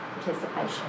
participation